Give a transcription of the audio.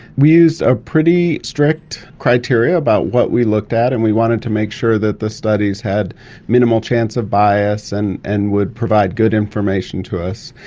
we used a pretty strict criteria about what we looked at and we wanted to make sure that the studies had minimal chance of bias and and would provide good information to us.